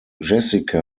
jessica